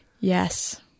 Yes